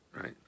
Right